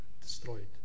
destroyed